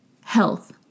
Health